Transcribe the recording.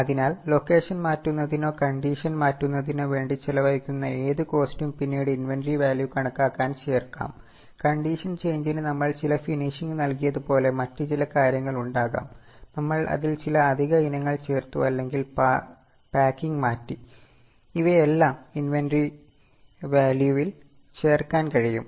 അതിനാൽ ലൊക്കെഷൻ മാറ്റുന്നതിനോ കണ്ടീഷൻ മാറ്റി ഇവയെല്ലാം ഇൻവെന്ററി വാല്യൂ വിൽ ചേർക്കാൻ കഴിയും